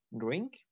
drink